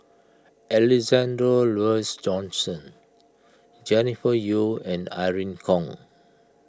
Alexander Laurie Johnston Jennifer Yeo and Irene Khong